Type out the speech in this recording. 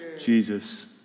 Jesus